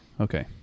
okay